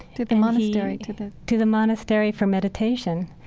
to the monastery. to the, to the monastery for meditation.